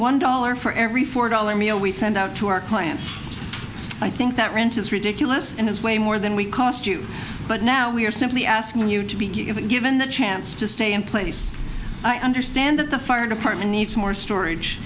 one dollar for every four dollar meal we send out to our clients i think that rent is ridiculous and is way more than we cost you but now we are simply asking you to be given the chance to stay in place i understand that the fire department needs more storage